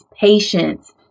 patience